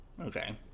Okay